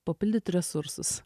papildyti resursus